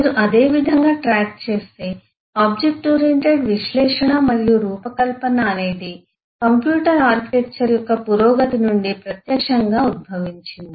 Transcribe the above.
మీరు అదే విధంగా ట్రాక్ చేస్తే ఆబ్జెక్ట్ ఓరియెంటెడ్ విశ్లేషణ మరియు రూపకల్పన అనేది కంప్యూటర్ ఆర్కిటెక్చర్ యొక్క పురోగతి నుండి ప్రత్యక్షంగా ఉద్భవించింది